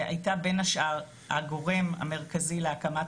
שהייתה בין השאר הגורם המרכזי להקמת